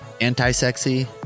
anti-sexy